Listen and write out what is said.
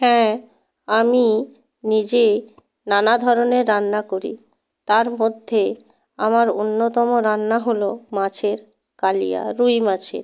হ্যাঁ আমি নিজেই নানা ধরনের রান্না করি তার মধ্যে আমার অন্যতম রান্না হল মাছের কালিয়া রুই মাছের